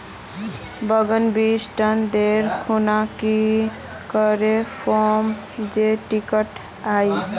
बैगन बीज टन दर खुना की करे फेकुम जे टिक हाई?